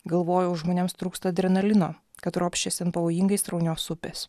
galvojau žmonėms trūksta adrenalino kad ropščiasi pavojingais sraunios upės